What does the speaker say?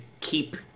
keep